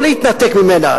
לא להתנתק ממנה,